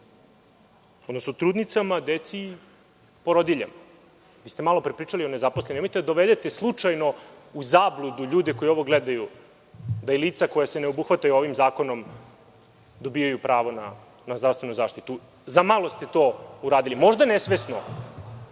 odnosno trudnicama, decom i porodiljama. Malo pre smo pričali o nezaposlenima. Nemojte da dovedete slučajno u zabludu ljude koji ovo gledaju da i lica koja se neobuhvataju ovim zakonom dobijaju pravo na zdravstvenu zaštitu. Za malo ste to uradili. Možda nesvesno,